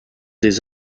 des